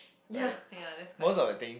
ya ya that's quite true